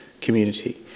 community